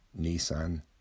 Nissan